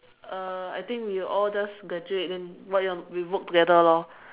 uh I think we all the just graduate then what you want work together lor